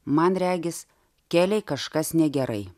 man regis kelei kažkas negerai